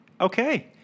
okay